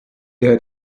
had